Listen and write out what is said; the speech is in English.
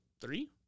three